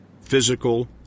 Physical